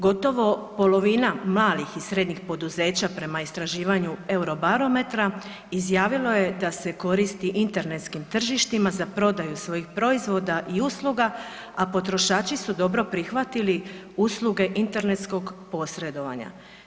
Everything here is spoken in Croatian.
Gotovo polovina malih i srednjih poduzeća prema istraživanju Eurobarometra izjavilo je da se koristi internetskim tržištima za prodaju svojih proizvoda i usluga, a potrošači su dobro prihvatili usluge internetskog posredovanja.